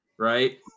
Right